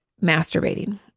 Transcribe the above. masturbating